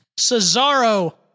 Cesaro